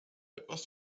etwas